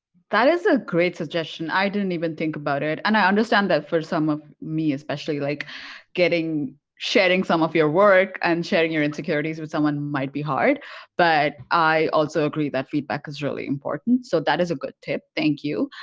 that is a great suggestion! i didn't even think about it and i understand that for some of, me especially, like sharing some of your work and sharing your insecurities with someone might be hard but i also agree that feedback is really important. so that is a good tip thank you!